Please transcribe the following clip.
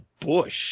Bush